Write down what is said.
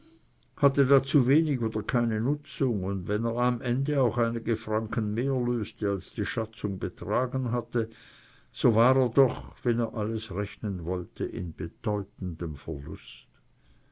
hatte dazu wenig oder keine nutzung und wenn er am ende auch einige franken mehr löste als die schätzung betragen hatte so war er doch wenn er alles rechnen wollte in bedeutendem verlust